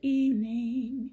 evening